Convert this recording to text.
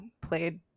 played